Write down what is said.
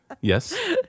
Yes